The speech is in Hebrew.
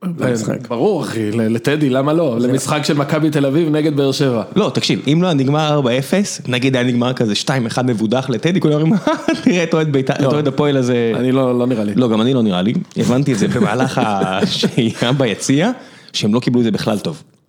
ברור אחי, לטדי למה לא, למשחק של מכבי תל אביב נגד באר שבע. לא תקשיב, אם לא היה נגמר 4-0, נגיד היה נגמר כזה 2-1 מבודח לטדי, כלומר תראה את אוהד הפועל הזה. אני לא נראה לי. לא גם אני לא נראה לי, הבנתי את זה במהלך השירה ביציאה, שהם לא קיבלו את זה בכלל טוב.